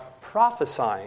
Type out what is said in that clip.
prophesying